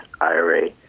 IRA